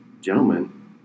gentlemen